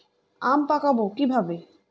আম পাকাবো কিভাবে?